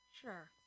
Sure